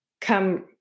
come